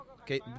Okay